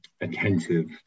attentive